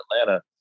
Atlanta